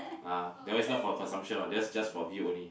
ah that one is not for consumption one that's just for view only